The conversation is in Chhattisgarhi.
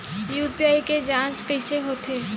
यू.पी.आई के के जांच कइसे होथे?